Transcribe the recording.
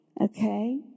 okay